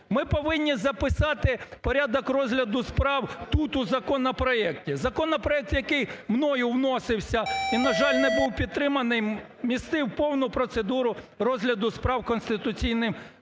Ми повинні записати порядок розгляду справ тут, у законопроекті. Законопроект, який мною вносився і, на жаль, не був підтриманий, містив повну процедуру розгляду справ Конституційним Судом.